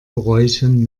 bräuchen